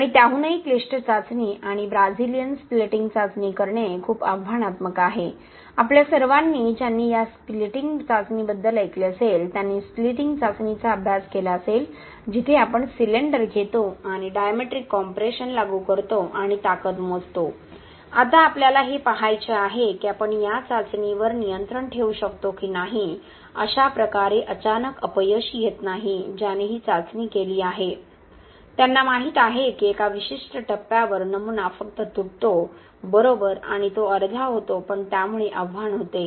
आणि त्याहूनही क्लिष्ट चाचणी आणि ब्राझिलियन स्प्लिटिंग चाचणी करणे खूप आव्हानात्मक आहे आपल्या सर्वांनी ज्यांनी या स्प्लिटिंग चाचणीबद्दल ऐकले असेल त्यांनी स्प्लिटिंग चाचणीचा अभ्यास केला असेल जिथे आपण सिलेंडर घेतो आणि डायमेट्रिक कॉम्प्रेशन लागू करतो आणि ताकद मोजतो आता आपल्याला हे पहायचे आहे की आपण या चाचणीवर नियंत्रण ठेवू शकतो की नाही अशा प्रकारे अचानक अपयश येत नाही ज्याने ही चाचणी केली आहे त्यांना माहित आहे की एका विशिष्ट टप्प्यावर नमुना फक्त तुटतो बरोबर आणि तो अर्धा होतो पण त्यामुळे आव्हान होते